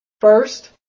First